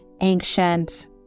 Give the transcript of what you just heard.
ancient